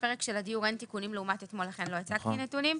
בפרק של הדיור אין תיקונים לעומת אתמול לכן לא הצגתי נתונים.